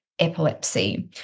Epilepsy